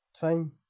time